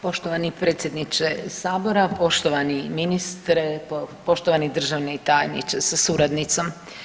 Poštovani predsjedniče Sabora, poštovani ministre, poštovani državni tajniče sa suradnicom.